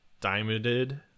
diamonded